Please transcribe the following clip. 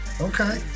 okay